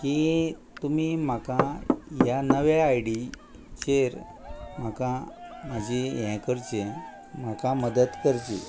की तुमी म्हाका ह्या नव्या आयडीचेर म्हाका म्हाजी हें करचें म्हाका मदत करची